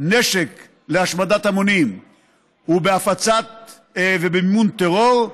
נשק להשמדת המונים ובמימון טרור,